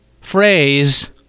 phrase